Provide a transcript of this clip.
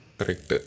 Correct